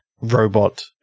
robot